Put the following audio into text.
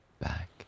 back